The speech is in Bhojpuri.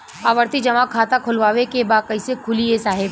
आवर्ती जमा खाता खोलवावे के बा कईसे खुली ए साहब?